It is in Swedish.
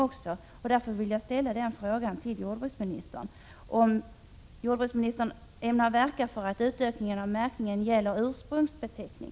Därför vill jag fråga jordbruksministern om jordbruksministern ämnar verka för att utökningen av märkningen också får gälla ursprungsbeteckning.